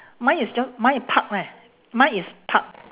mine is just mine is park leh mine is park